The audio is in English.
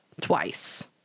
twice